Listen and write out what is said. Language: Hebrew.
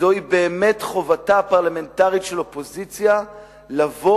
זוהי באמת חובתה הפרלמנטרית של אופוזיציה לבוא